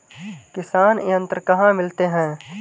किसान यंत्र कहाँ मिलते हैं?